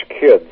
kids